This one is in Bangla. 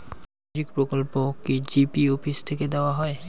সামাজিক প্রকল্প কি জি.পি অফিস থেকে দেওয়া হয়?